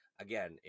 Again